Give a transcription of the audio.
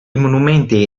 monumenti